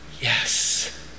yes